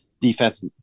defense